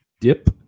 dip